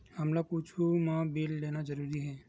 हमला कुछु मा बिल लेना जरूरी हे?